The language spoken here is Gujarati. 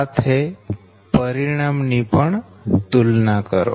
સાથે પરિણામ ની પણ તુલના કરો